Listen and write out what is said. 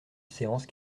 séance